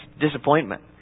disappointment